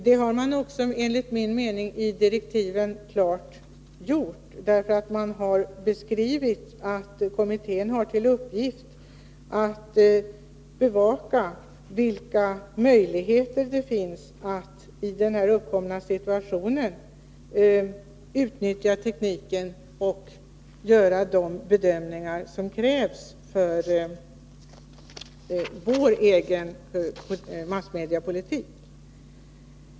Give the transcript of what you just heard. Det har man enligt min mening också gjort genom att i direktiven skriva att kommittén har till uppgift att bevaka vilka möjligheter det finns att i den uppkomna situationen utnyttja tekniken och göra de bedömningar som krävs för vår egen massmediepolitik.